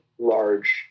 Large